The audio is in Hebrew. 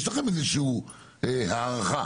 יש לכם איזושהי הערכה.